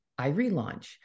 iRelaunch